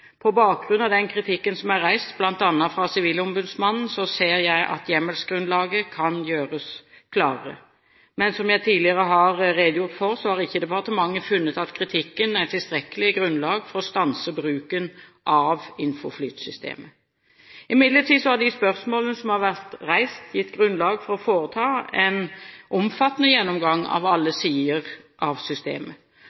På bakgrunn av den kritikken som er reist, bl.a. fra Sivilombudsmannen, ser jeg at hjemmelsgrunnlaget kan gjøres klarere. Men som jeg tidligere har redegjort for, har ikke departementet funnet at kritikken er tilstrekkelig grunnlag for å stanse bruken av INFOFLYT-systemet. Imidlertid har de spørsmålene som har vært reist, gitt grunnlag for å foreta en omfattende gjennomgang av alle